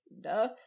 Duh